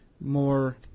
more